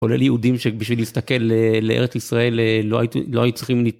כולל יהודים שבשביל להסתכל לארץ ישראל לא הייתם צריכים.